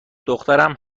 دخترم